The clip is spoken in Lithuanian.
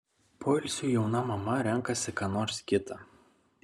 poilsiui jauna mama renkasi ką nors kita